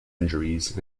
injuries